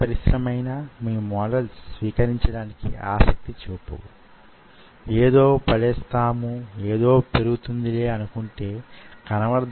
మీరు ఏ విధమైన పరికరాలు చేస్తే ఆ విధమైన ఉపయోగం వాటి వల్ల వుంటుంది